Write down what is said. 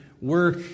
work